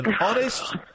honest